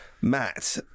Matt